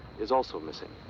is also missing.